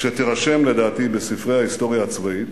שתירשם, לדעתי, בספרי ההיסטוריה הצבאית.